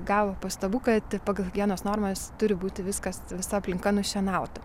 gavo pastabų kad pagal higienos normas turi būti viskas visa aplinka nušienauta